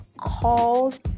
called